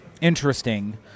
interesting